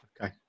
Okay